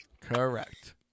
Correct